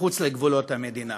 מחוץ לגבולות המדינה